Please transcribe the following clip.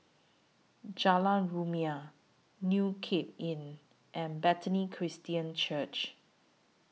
Jalan Rumia New Cape Inn and Bethany Christian Church